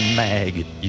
maggot